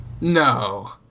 No